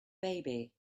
baby